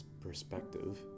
perspective